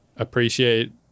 appreciate